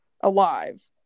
alive